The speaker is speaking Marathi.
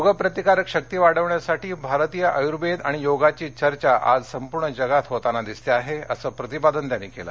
रोग प्रतिकारक शक्ती वाढवण्यासाठी भारतीय आयुर्वेद आणि योगाची चर्चा आज संपूर्ण जगात होताना दिसते आहे असं प्रतिपादन त्यांनी केलं